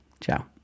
Ciao